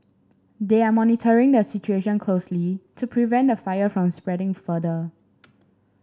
they are monitoring the situation closely to prevent the fire from spreading further